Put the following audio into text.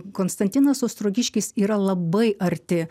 konstantinas ostrogiškis yra labai arti